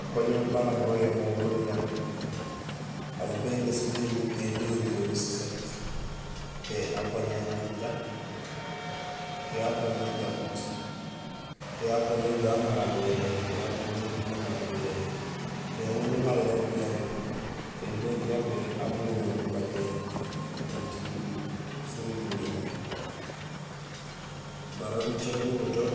Akoña balama uyabol bu niyang aw béŋéés bémiir té buyégéhol busését té akoña ajajak té akoña ajagut té akoña ujuhé amara guléhi té akoña ajut amara guléhi té éni uŋanlool bu yaŋi té imbi uju abuña gubajahi gutihi sin gunini baré gucé buguto